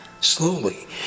Slowly